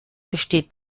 besteht